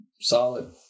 solid